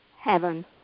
heaven